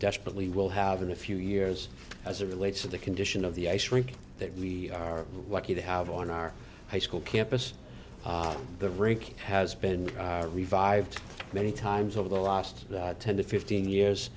desperately will have in a few years as a relates to the condition of the ice rink that we are lucky to have on our high school campus the rink has been revived many times over the last ten to fifteen years